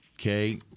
okay